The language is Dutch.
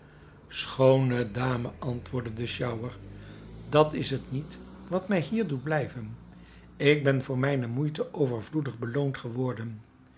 schoone dame antwoordde de sjouwer dat is het niet wat mij hier doet blijven ik ben voor mijne moeite overvloedig beloond geworden